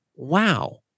wow